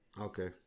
Okay